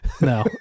No